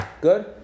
Good